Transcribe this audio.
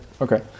Okay